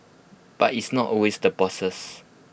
but it's not always the bosses